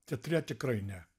teatre tikrai ne